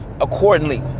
accordingly